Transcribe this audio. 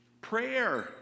Prayer